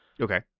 Okay